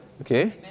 okay